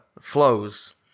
flows